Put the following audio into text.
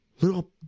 little